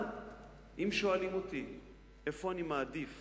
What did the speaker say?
אם שואלים אותי איפה אני מעדיף